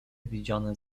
widziane